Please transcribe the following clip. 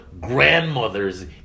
grandmothers